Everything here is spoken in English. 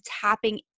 tapping